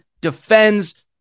Defends